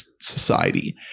society